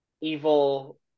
evil